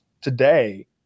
today